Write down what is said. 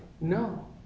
No